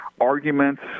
arguments